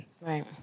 right